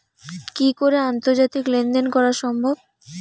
কি করে আন্তর্জাতিক লেনদেন করা সম্ভব?